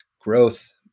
growth